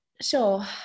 sure